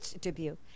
debut